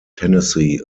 tennessee